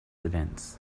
events